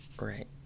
Right